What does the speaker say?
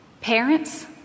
Parents